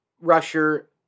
rusher